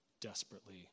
desperately